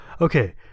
Okay